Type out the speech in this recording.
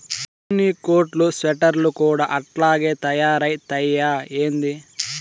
ఉన్ని కోట్లు స్వెటర్లు కూడా అట్టాగే తయారైతయ్యా ఏంది